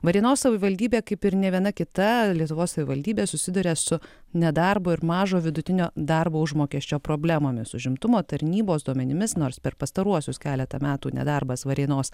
varėnos savivaldybė kaip ir ne viena kita lietuvos savivaldybė susiduria su nedarbo ir mažo vidutinio darbo užmokesčio problemomis užimtumo tarnybos duomenimis nors per pastaruosius keletą metų nedarbas varėnos